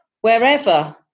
wherever